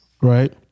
right